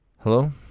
Hello